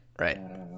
right